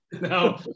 No